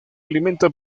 alimentan